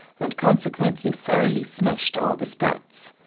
and consequently thoroughly smashed all the sprouts.